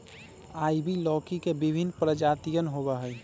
ivy लौकी के विभिन्न प्रजातियन होबा हई